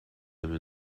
him